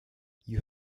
you